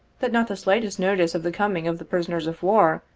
that not the slightest notice of the coming of the prisoners of war,